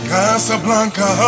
Casablanca